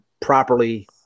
properly